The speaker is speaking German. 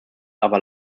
aber